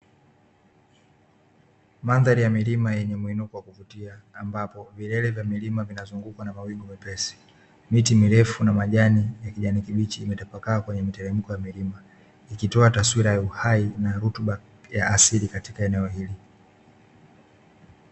Mandhari ya milima yenye mwinuko wa kuvutia ambapo vilele vya milima vinazungukwa na mawingu mepesi, miti mirefu na majani ya kijani kibichi yametapakaa kwenye miteremko wa milima, ikitoa taswira ya uhai inayo rutuba ya asili katika eneo hili.